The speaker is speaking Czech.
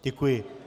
Děkuji.